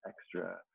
extra